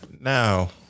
Now